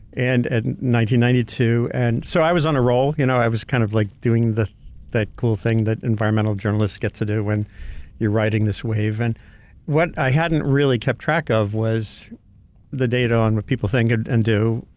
and and ninety ninety two. so i was on a roll, you know i was kind of like doing that cool thing that environmental journalist get to do when you're riding this wave, and what i hadn't really kept track of was the data on what people think and and do.